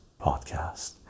podcast